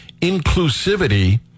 inclusivity